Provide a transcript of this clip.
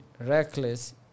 Reckless